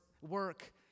work